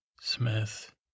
Smith